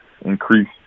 increase